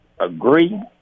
agree